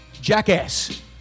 jackass